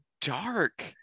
dark